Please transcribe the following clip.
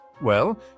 Well